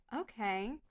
Okay